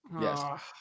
yes